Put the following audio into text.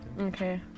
okay